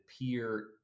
peer